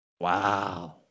Wow